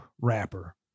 rapper